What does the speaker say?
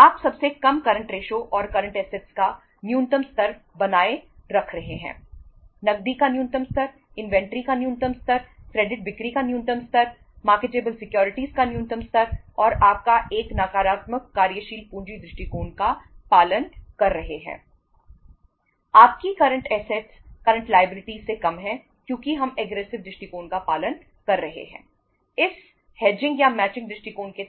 आप सबसे कम करंट रेशो 1 1